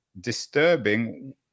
disturbing